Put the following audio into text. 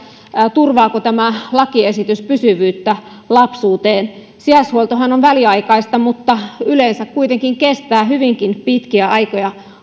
turvaako tämä lakiesitys pysyvyyttä lapsuuteen sijaishuoltohan on väliaikaista mutta yleensä kuitenkin kestää hyvinkin pitkiä aikoja